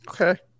Okay